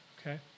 Okay